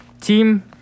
Team